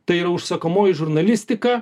tai yra užsakomoji žurnalistika